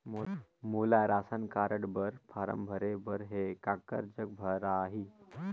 मोला ration card बर form भरे बर हे काकर जग भराही?